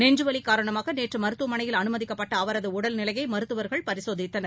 நெஞ்சுவலி காரணமாக நேற்று மருத்துவமனையில் அனுமதிக்கப்பட்ட அவரது உடல்நிலையை மருத்துவர்கள் பரிசோதித்தனர்